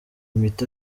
miti